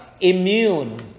immune